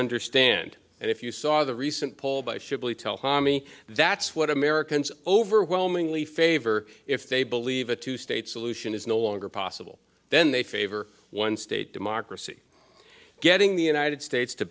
understand and if you saw the recent poll by shibley telhami that's what americans overwhelmingly favor if they believe a two state solution is no longer possible then they favor one state democracy getting the united states to